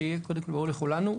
שיהיה ברור לכולנו,